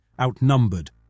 outnumbered